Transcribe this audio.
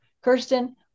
Kirsten